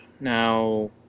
Now